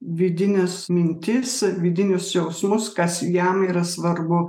vidines mintis vidinius jausmus kas jam yra svarbu